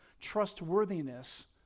trustworthiness